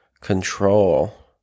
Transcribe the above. control